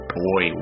boy